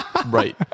Right